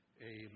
Amen